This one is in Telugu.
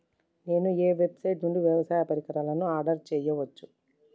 నేను ఏ వెబ్సైట్ నుండి వ్యవసాయ పరికరాలను ఆర్డర్ చేయవచ్చు?